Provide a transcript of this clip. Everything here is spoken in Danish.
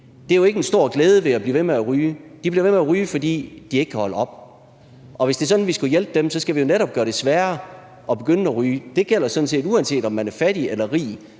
ryge, jo ikke er en stor glæde ved at blive ved med at ryge. De bliver ved med at ryge, fordi de ikke kan holde op. Og hvis det er sådan, at vi skal hjælpe dem, skal vi jo netop gøre det sværere at begynde at ryge. Uanset om man er fattig eller rig,